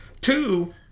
two